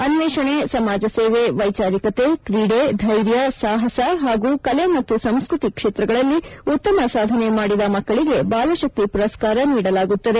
ಅನ್ವೇಷಣೆ ಸಮಾಜಸೇವೆ ವೈಚಾರಿಕತೆ ಕ್ರೀಡೆ ಧೈರ್ಯ ಸಾಹಸ ಹಾಗೂ ಕಲೆ ಮತ್ತು ಸಂಸ್ಕೃತಿ ಕ್ಷೇತ್ರಗಳಲ್ಲಿ ಉತ್ತಮ ಸಾಧನೆ ಮಾದಿದ ಮಕ್ಕಳಿಗೆ ಬಾಲಶಕ್ತಿ ಪುರಸ್ಕಾರ ನೀಡಲಾಗುತ್ತದೆ